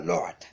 Lord